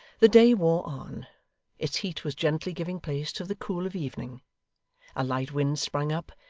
the day wore on its heat was gently giving place to the cool of evening a light wind sprung up,